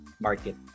market